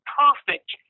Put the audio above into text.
perfect